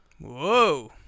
Whoa